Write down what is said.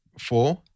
four